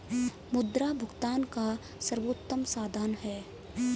मुद्रा भुगतान का सर्वोत्तम साधन है